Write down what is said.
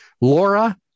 Laura